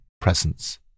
presence